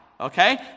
Okay